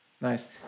Nice